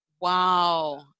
wow